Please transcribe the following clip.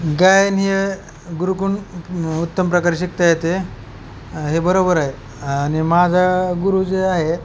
गायन ये गुरु कडुन उत्तम प्रकारे शिकता येते हे बरोबर आहे आणि माझं गुरु जे आहे